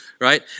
right